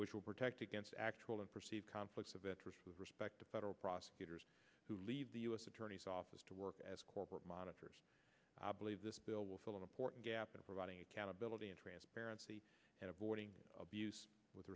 which will protect against actual and perceived conflicts of interest with respect to federal prosecutors who leave the u s attorney's office to work as corporate monitors i believe this bill will fill an important gap in providing accountability and transparency and avoiding abuse with